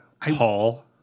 Paul